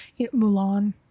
Mulan